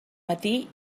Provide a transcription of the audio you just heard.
matí